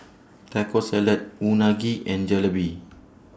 Taco Salad Unagi and Jalebi